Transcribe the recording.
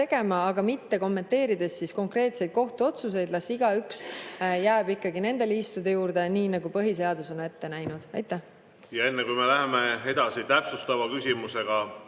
tegema, aga mitte kommenteerides konkreetseid kohtuotsuseid. Las igaüks jääb ikka oma liistude juurde, nii nagu põhiseadus ette näeb. Ja enne, kui me läheme edasi täpsustava küsimusega,